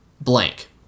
blank